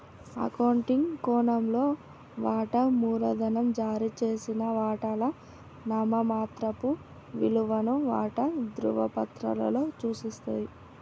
accounting కోణంలో, వాటా మూలధనం జారీ చేసిన వాటాల నామమాత్రపు విలువను వాటా ధృవపత్రాలలో సూచిస్తది